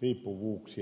riippuvuuksien hämärtymisestä